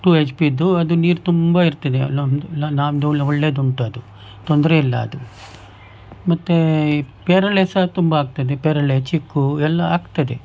to H ಪಿದ್ದು ಅದು ನೀರು ತುಂಬ ಇರ್ತದೆ ಅಲ್ಲೊಂದು ನಮ್ದು ಎಲ್ಲ ಒಳ್ಳೆದುಂಟು ಅದು ತೊಂದರೆಯಿಲ್ಲ ಅದು ಮತ್ತೆ ಈ ಪೇರಳೆ ಸಹ ತುಂಬ ಆಗ್ತದೆ ಪೇರಳೆ ಚಿಕ್ಕು ಎಲ್ಲ ಆಗ್ತದೆ